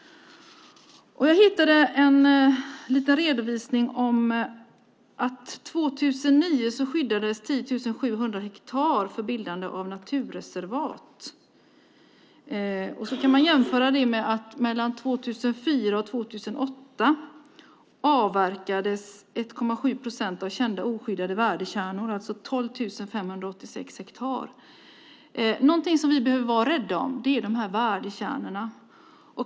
Jag hittade en liten redovisning om att år 2009 skyddades 10 700 hektar för bildande av naturreservat. Det kan jämföras med att mellan 2004 och 2008 avverkades 1,7 procent av kända och oskyddade värdekärnor, alltså 12 586 hektar. Något som vi behöver vara rädda om är värdekärnorna.